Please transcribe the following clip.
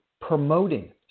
promoting